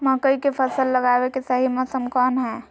मकई के फसल लगावे के सही मौसम कौन हाय?